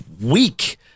weak